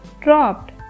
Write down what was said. dropped